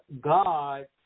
God